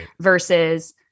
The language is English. versus